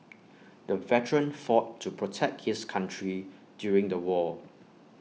the veteran fought to protect his country during the war